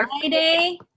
Friday